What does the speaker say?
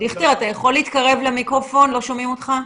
הוא אפקטיבי מאוד.